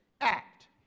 act